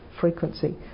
frequency